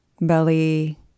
belly